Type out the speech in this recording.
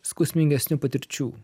skausmingesnių patirčių